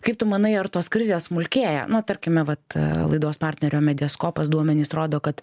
kaip tu manai ar tos krizės smulkėja na tarkime vat laidos partnerio mediaskopas duomenys rodo kad